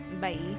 Bye